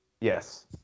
Yes